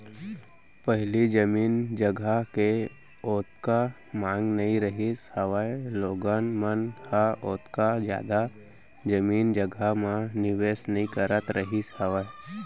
पहिली जमीन जघा के ओतका मांग नइ रहिस हावय लोगन मन ह ओतका जादा जमीन जघा म निवेस नइ करत रहिस हावय